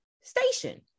station